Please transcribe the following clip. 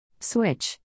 Switch